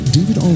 David